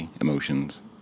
emotions